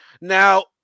Now